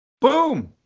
boom